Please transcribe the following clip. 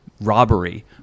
robbery